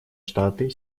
штаты